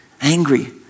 angry